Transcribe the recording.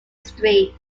street